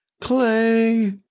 Clay